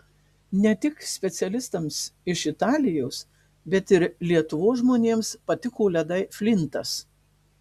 ne tik specialistams iš italijos bet ir lietuvos žmonėms patiko ledai flintas